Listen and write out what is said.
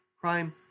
Crime